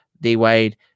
D-Wade